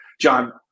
John